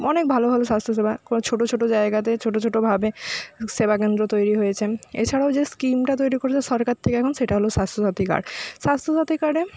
অনেক ভালো ভালো স্বাস্থ্য সেবা ছোটো ছোটো জায়গাতে ছোটো ছোটোভাবে সেবা কেন্দ্র তৈরি হয়েছে এছাড়াও যে স্কিমটা তৈরি করেছে সরকার থেকে এখন সেটা হল স্বাস্থ্য সাথি কার্ড স্বাস্থ্য সাথি কার্ডে